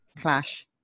clash